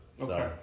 Okay